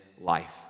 life